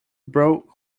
broke